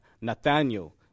Nathaniel